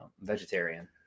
Vegetarian